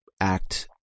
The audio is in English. act